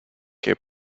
que